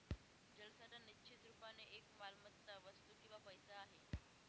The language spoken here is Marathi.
जलसाठा निश्चित रुपाने एक मालमत्ता, वस्तू किंवा पैसा आहे